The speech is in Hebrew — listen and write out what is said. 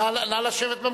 נא לשבת.